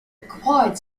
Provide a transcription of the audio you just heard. acquired